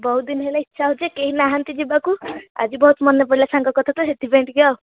ବହୁତ ଦିନ ହେଲା ଇଚ୍ଛା ହେଉଛି କେହି ନାହାନ୍ତି ଯିବାକୁ ଆଜି ବହୁତ ମନେ ପଡ଼ିଲା ସାଙ୍ଗ କଥା ତ ସେଥିପାଇଁ ଟିକେ ଆଉ